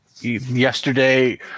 yesterday